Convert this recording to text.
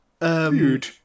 Dude